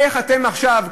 איך אתם עכשיו,